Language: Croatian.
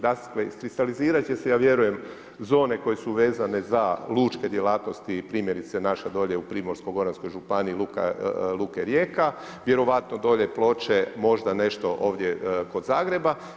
Dakle iskristalizirati će se, ja vjerujem zone koje su vezane za lučke djelatnosti i primjerice naša dolje u Primorsko-goranskoj županiji luke Rijeka, vjerojatno dolje Ploče, možda nešto ovdje kod Zagreba.